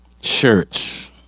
church